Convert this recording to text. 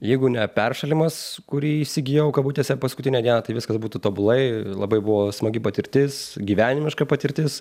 jeigu ne peršalimas kurį įsigijau kabutėse paskutinę dieną tai viskas būtų tobulai labai buvo smagi patirtis gyvenimiška patirtis